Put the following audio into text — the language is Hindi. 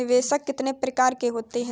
निवेश कितने प्रकार के होते हैं?